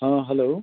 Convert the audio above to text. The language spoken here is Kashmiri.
آ ہٮ۪لو